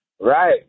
Right